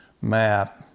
map